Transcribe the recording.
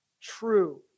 true